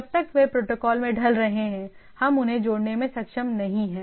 जब तक वे प्रोटोकॉल में ढल रहे हैं हम उन्हें जोड़ने में सक्षम नहीं हैं